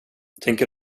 tänker